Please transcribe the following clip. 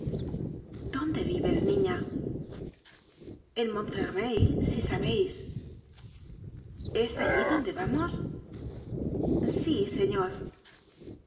dónde vives niña en montfermcil si sabéis es allí á donde vamos sí señor